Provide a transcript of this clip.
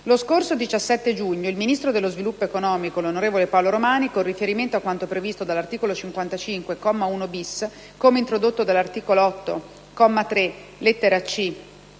Lo scorso 17 giugno il Ministro dello sviluppo economico, onorevole Paolo Romani, con riferimento a quanto previsto dall'articolo 55, comma 1-*bis* (come introdotto dall'articolo 8, comma 3,